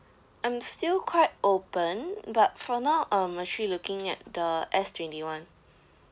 I'm still quite open but for now I'm actually looking at the S twenty one